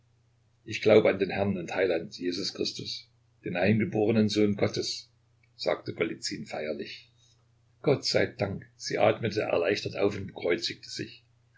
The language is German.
ich glaube an den herrn und heiland jesus christus den eingeborenen sohn gottes sagte golizyn feierlich gott sei dank sie atmete erleichtert auf und bekreuzigte sich